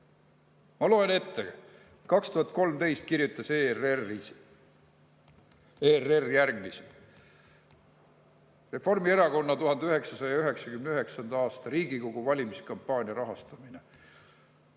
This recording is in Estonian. Ma loen ette. Aastal 2013 kirjutas ERR järgmist. Reformierakonna 1999. aasta Riigikogu valimiskampaania rahastamine.